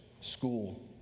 school